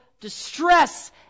distress